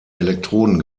elektroden